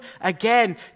again